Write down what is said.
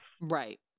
Right